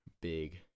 big